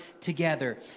together